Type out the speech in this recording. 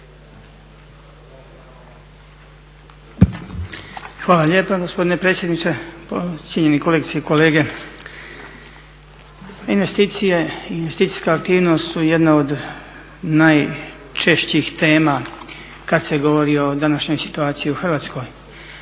Hvala lijepa gospodine predsjedniče, cijenjeni kolegice i kolege. Investicije i investicijska aktivnost su jedna od najčešćih tema kad se govori o današnjoj situaciji u Hrvatskoj.